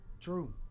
True